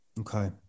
Okay